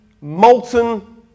molten